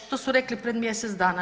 To su rekli pred mjesec dana.